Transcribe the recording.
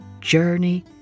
journey